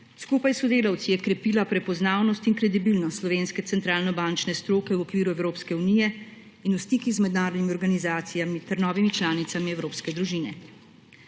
Skupaj s sodelavci je krepila prepoznavnost in kredibilnost slovenske centralnobančne stroke v okviru Evropske unije in v stikih z mednarodnimi organizacijami ter novimi članicami evropske družine.